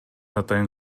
атайын